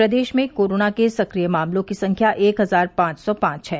प्रदेश में कोरोना के सक्रिय मामलों की संख्या एक हजार पांच सौ पांच है